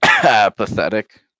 Pathetic